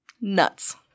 Nuts